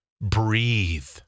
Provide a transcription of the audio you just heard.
breathe